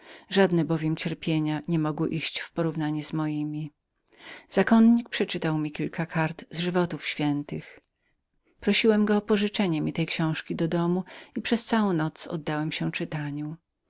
żadne bowiem cierpienia nie mogły iść w porównanie z mojemi zakonnik przeczytał mi kilka kart z żywotów świętych prosiłem go o pożyczenie mi książki do domu i przez całą noc oddałem się czytaniu